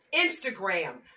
Instagram